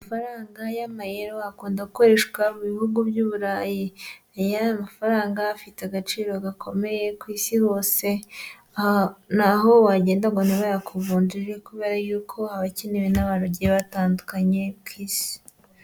Amafaranga y'amayero akunda gukoreshwa mu bihugu by'Uburayi, rero aya mafaranga afite agaciro gakomeye ku isi hose, ntaho wagenda ngo ntibayakuvunjire kubera yuko aba akenewe n'abantu bagiye batandukanye ku isi.